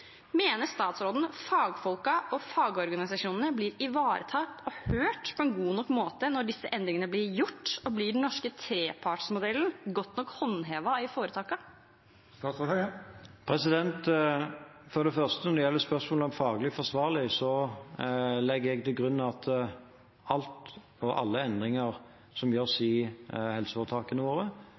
Mener statsråden at fagfolkene og fagorganisasjonene blir ivaretatt og hørt på en god nok måte når disse endringene blir gjort, og blir den norske trepartsmodellen godt nok håndhevet i foretakene? For det første: Når det gjelder spørsmålet om faglig forsvarlig, legger jeg til grunn at alt og alle endringer som gjøres i helseforetakene våre,